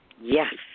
Yes